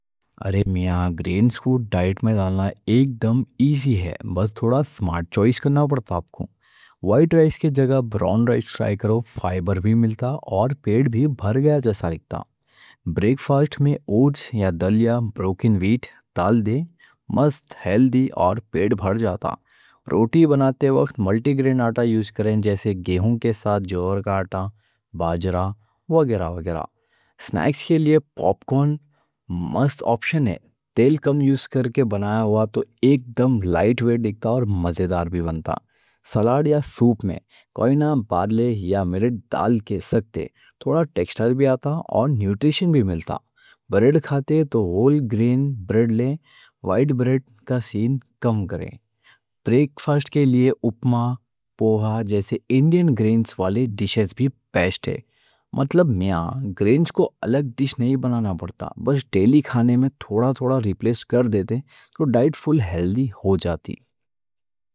ارے میاں، گرینز کو ڈائیٹ میں ڈالنا ایک دم ایزی ہے، بس تھوڑا سمارٹ چوئس کرنا پڑتا آپ کو۔ وائٹ رائس کی جگہ براؤن رائس ٹرائی کرو، فائبر بھی ملتا اور پیٹ بھی بھر گیا جیسا لگتا۔ بریک فاسٹ میں اوٹس یا دلیا، بروکن ویٹ ڈال دیں، مست ہیلدی اور پیٹ بھر جاتا۔ روٹی بناتے وقت ملٹی گرین آٹا یوز کریں، جیسے گیہوں کے ساتھ جوار کا آٹا، باجرا وغیرہ وغیرہ۔ سنیکس کے لیے پاپ کورن مست آپشن ہے، تیل کم یوز کرکے بنایا ہوا تو ایک دم لائٹ ویٹ دکھتا اور مزیدار بھی بنتا۔ سلاد یا سوپ میں کوئی نہ بارلی یا ملیٹ ڈال کے سکتے، تھوڑا ٹیکسچر بھی آتا اور نیوٹریشن بھی ملتا۔ بریڈ کھاتے تو ہول گرین بریڈ لیں، وائٹ بریڈ کا سین کم کریں۔ بریک فاسٹ کے لیے اپما، پوہا جیسے انڈین گرینز والے ڈشز بھی بیسٹ ہیں۔ مطلب میاں، گرینز کو الگ ڈش نہیں بنانا پڑتا، بس ڈیلی کھانے میں تھوڑا تھوڑا ریپلیس کر دیتے تو ڈائیٹ فل ہیلدی ہو جاتی۔